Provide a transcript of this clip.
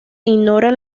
ignoran